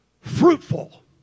fruitful